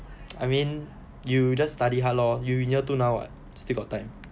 I mean you just study hard lor you in year two now [what] still got time